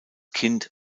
kind